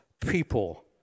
people